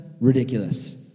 ridiculous